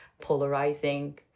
polarizing